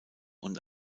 und